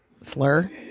slur